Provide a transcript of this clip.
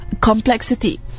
complexity